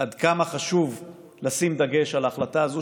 עד כמה חשוב לשים דגש על ההחלטה הזו,